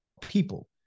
people